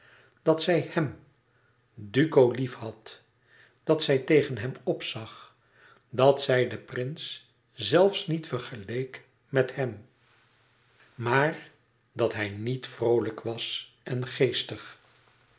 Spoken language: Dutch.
dat zij hèm duco liefhad dat zij tegen hem opzag dat zij den prins zelfs niet vergeleek bij hem maar dat hij niet vroolijk was en geestig